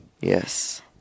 Yes